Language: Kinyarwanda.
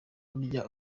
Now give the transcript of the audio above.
bubaye